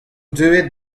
deuet